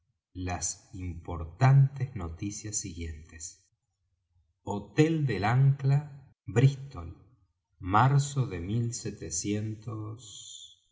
las importantes noticias siguientes hotel del ancla brístol marzo de